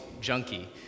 junkie